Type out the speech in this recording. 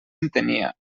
entenia